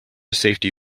safety